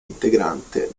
integrante